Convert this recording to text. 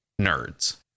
Nerds